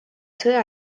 sõja